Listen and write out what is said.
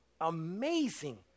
amazing